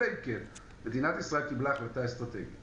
אלא אם כן מדינת ישראל קיבלה החלטה אסטרטגית